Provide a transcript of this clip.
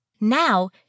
Now